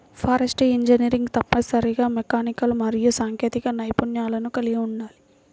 forestry ఇంజనీర్లు తప్పనిసరిగా mechanical మరియు సాంకేతిక నైపుణ్యాలను కలిగి ఉండాలి